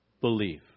Believe